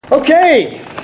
Okay